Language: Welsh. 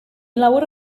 lawer